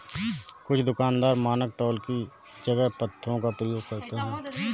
कुछ दुकानदार मानक तौल की जगह पत्थरों का प्रयोग करते हैं